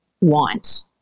want